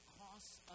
costs